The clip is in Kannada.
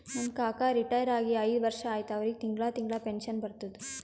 ನಮ್ ಕಾಕಾ ರಿಟೈರ್ ಆಗಿ ಐಯ್ದ ವರ್ಷ ಆಯ್ತ್ ಅವ್ರಿಗೆ ತಿಂಗಳಾ ತಿಂಗಳಾ ಪೆನ್ಷನ್ ಬರ್ತುದ್